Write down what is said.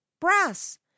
brass